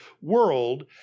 world